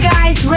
Guys